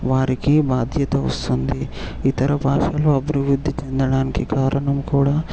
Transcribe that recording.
వారికి బాధ్యత వస్తుంది ఇతర భాషలు అభివృద్ధి చెందడానికి కారణం కూడా